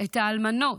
את האלמנות,